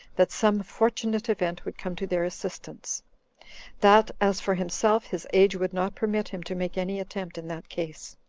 that some fortunate event would come to their assistance that, as for himself, his age would not permit him to make any attempt in that case.